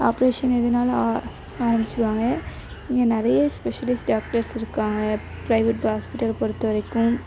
operation எதுனாலும் ஆரம்பிச்சிடுவாங்க இங்கே நிறைய ஸ்பெஷலிஸ்ட் டாக்டர்ஸ் இருக்காங்க ப்ரைவேட் ஹாஸ்பிட்டல் பொறுத்த வரைக்கும்